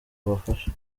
abafashe